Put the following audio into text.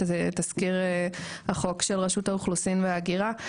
תזכיר החוק של רשות האוכלוסין וההגירה,